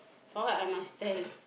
for what I must tell